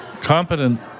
competent